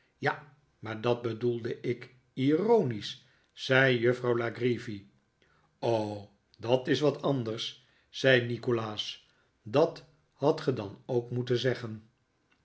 ja maar dat bedoelde ik ironisch zei juffrouw lay dat is wat anders zei nikolaas dat hadt ge dan ook moeten zeggen